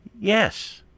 yes